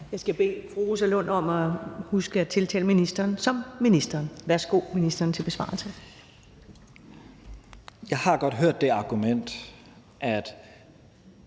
Jeg skal bede fru Rosa Lund om at huske at tiltale ministeren som ministeren. Værsgo til ministeren for besvarelse. Kl. 17:42 Udlændinge- og